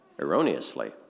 erroneously